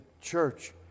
church